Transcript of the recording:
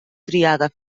triada